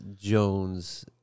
Jones